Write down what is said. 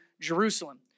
Jerusalem